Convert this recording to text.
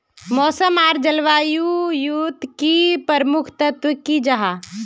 मौसम आर जलवायु युत की प्रमुख तत्व की जाहा?